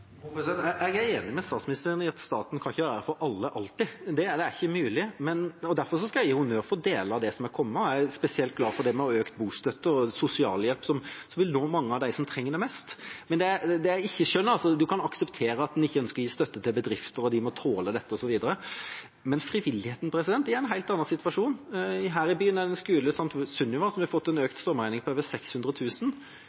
Jeg er enig med statsministeren i at staten ikke kan være der for alle, alltid. Det er ikke mulig, og derfor skal jeg gi honnør for deler av det som er kommet. Jeg er spesielt glad for økt bostøtte og sosialhjelp, som vil nå mange av dem som trenger det mest. Men det jeg ikke skjønner, er: Vi kan akseptere at en ikke ønsker å gi støtte til bedrifter, og at de må tåle dette osv., men frivilligheten er i en helt annen situasjon. Her i byen er det en skole, St. Sunniva, som har fått en